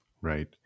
Right